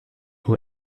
nur